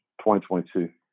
2022